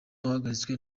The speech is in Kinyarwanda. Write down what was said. wahagaritswe